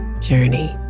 Journey